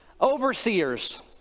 Overseers